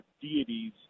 deities